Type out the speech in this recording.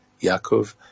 Yaakov